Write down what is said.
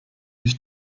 used